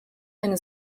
eine